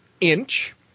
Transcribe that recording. Inch